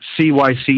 C-Y-C